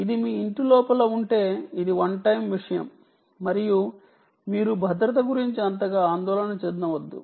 ఇది మీ ఇంటి లోపల ఉంటే ఇది ఒక్క సారి చేసే విషయం మరియు మీరు భద్రత గురించి అంతగా ఆందోళన చెందవద్దు